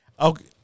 Okay